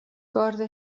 گارد